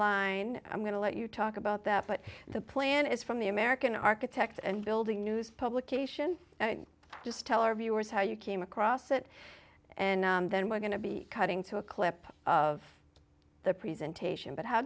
line i'm going to let you talk about that but the plan is from the american architect and building news publication and just tell our viewers how you came across it and then we're going to be cutting to a clip of their presentation but how